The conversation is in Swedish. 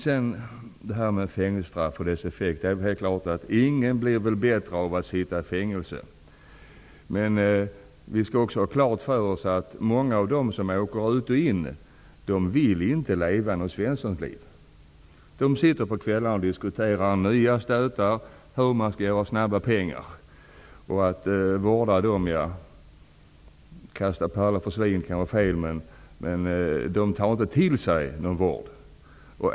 Sedan till frågan om fängelsestraff och dess effekt. Ingen blir väl bättre av att sitta i fängelse. Vi skall också ha klart för oss att många av dem som åker ut och in på fängelserna inte vill leva något Svenssonliv. De sitter på kvällarna och diskuterar nya stötar och hur man kan göra snabba pengar. Jag kanske inte skall använda uttrycket att kasta pärlor för svin, men dessa människor tar inte till sig vården.